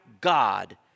God